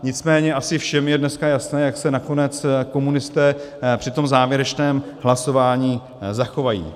Nicméně asi všem je dneska jasné, jak se nakonec komunisté při tom závěrečném hlasování zachovají.